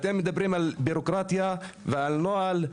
אתם מדברים על בירוקרטיה ועל נהלים.